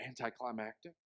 anticlimactic